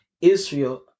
Israel